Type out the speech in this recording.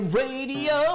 radio